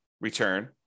return